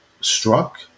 struck